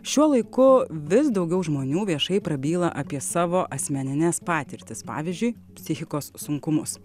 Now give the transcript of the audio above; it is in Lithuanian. šiuo laiku vis daugiau žmonių viešai prabyla apie savo asmenines patirtis pavyzdžiui psichikos sunkumus